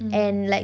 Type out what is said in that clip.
mm